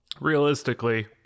realistically